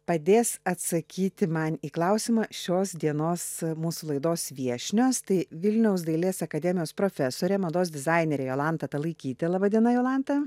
padės atsakyti man į klausimą šios dienos mūsų laidos viešnios tai vilniaus dailės akademijos profesorė mados dizainerė jolanta talaikytė laba diena jolanta